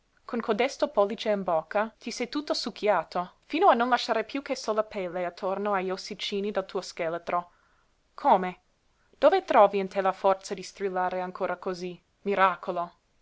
con codesto pollice in bocca ti sei tutto succhiato fino a non lasciare piú che sola pelle attorno agli ossicini del tuo scheletro come dove trovi in te la forza di strillare ancora cosí miracolo